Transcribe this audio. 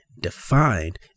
defined